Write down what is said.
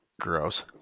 Gross